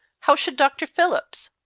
how should dr. phillips?